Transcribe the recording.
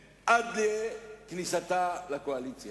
ואנחנו מכירים את זה בלשון